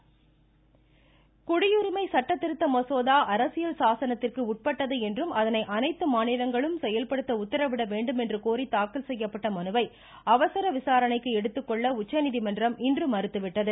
உச்சநீதிமன்றம் குடியுரிமை சட்ட திருத்த மசோதா அரசியல் சாசனத்திற்கு உட்பட்டது என்றும் அதனை அனைத்து மாநிலங்களும் செயல்படுத்த உத்தரவிடவேண்டும் என்று கோரி தாக்கல் செய்யப்பட்ட மனுவை அவசர விசாரணைக்கு எடுத்துக் கொள்ள உச்சநீதிமன்றம் இன்று மறுத்துவிட்டது